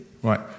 Right